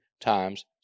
times